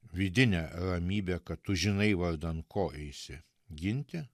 vidinę ramybę kad tu žinai vardan ko eisi ginti